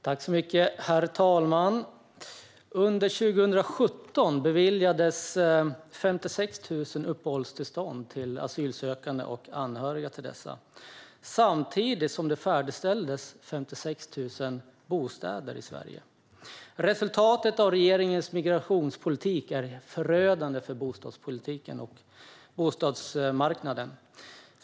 Herr talman! Under 2017 beviljades 56 000 uppehållstillstånd till asylsökande och anhöriga till dem, samtidigt som det färdigställdes 56 000 bostäder i Sverige. Resultatet av regeringens migrationspolitik är förödande för bostadspolitiken och bostadsmarknaden.